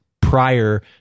prior